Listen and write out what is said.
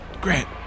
Grant